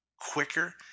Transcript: quicker